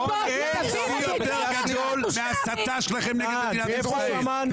אין שיא יותר גדול מההסתה שלכם נגד מדינת ישראל.